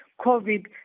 COVID